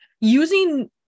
Using